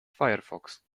firefox